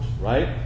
right